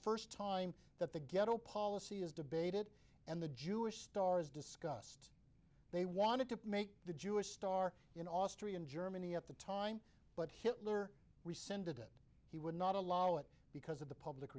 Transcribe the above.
first time that the ghetto policy is debated and the jewish star is discussed they wanted to make the jewish star in austria and germany at the time but hitler rescinded it he would not allow it because